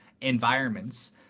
environments